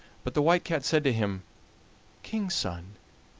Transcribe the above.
but the white cat said to him king's son,